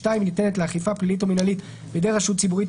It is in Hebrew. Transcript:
(2) היא ניתנת לאכיפה פלילית או מינהלית בידי רשות ציבורית,